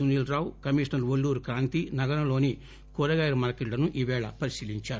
Sunil Rao commissioner Valluri Kranthi నగరంలోని కూరగాయల మార్కెట్లను ఈ రోజు తనిఖీ చేశారు